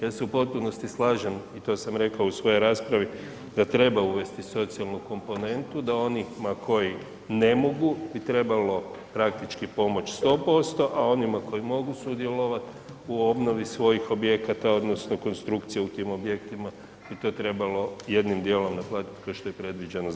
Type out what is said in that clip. Ja se u potpunosti slažem i to sam rekao u svojoj raspravi da treba uvesti socijalnu komponentu, da onima koji ne mogu bi trebalo praktički pomoć 100%, a onima koji mogu sudjelovat u obnovi svojih objekata odnosno konstrukcija u tim objektima bi to trebalo jednim dijelom naplatiti ko što je predviđeno zakonom.